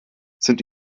sind